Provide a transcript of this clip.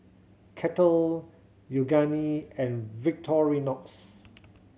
Kettle Yoogane and Victorinox